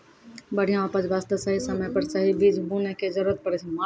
बढ़िया उपज वास्तॅ सही समय पर सही बीज बूनै के जरूरत पड़ै छै